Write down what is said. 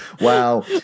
Wow